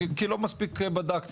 אני מודה שלא מספיק בדקתי.